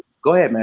go ahead, man.